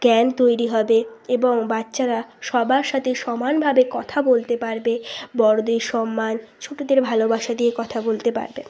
জ্ঞান তৈরি হবে এবং বাচ্চারা সবার সাথে সমানভাবে কথা বলতে পারবে বড়দের সম্মান ছোটোদের ভালোবাসা দিয়ে কথা বলতে পারবে